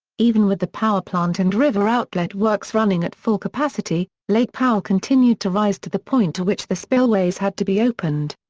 even with the power plant and river outlet works running at full capacity, lake powell continued to rise to the point to which the spillways had to be opened.